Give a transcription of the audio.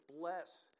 bless